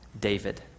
David